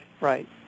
Right